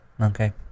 Okay